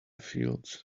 fields